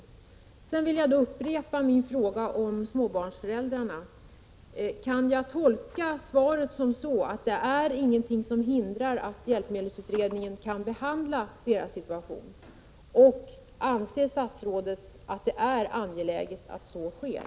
Dessutom vill jag upprepa min fråga angående de handikappade småbarnsföräldrarna. Kan jag tolka svaret så, att ingenting hindrar att hjälpmedelsutredningen behandlar deras situation? Anser statsrådet att det är angeläget att så sker?